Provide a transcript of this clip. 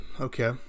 okay